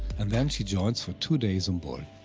and then she joins for two days on board.